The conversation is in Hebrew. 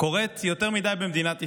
קורית יותר מדי במדינת ישראל.